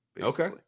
Okay